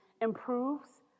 improves